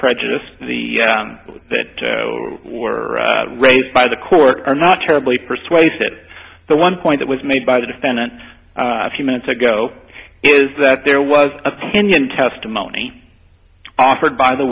prejudice the that were raised by the court are not terribly persuasive the one point that was made by the defendant a few minutes ago is that there was opinion testimony offered by the